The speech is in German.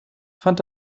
fand